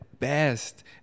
best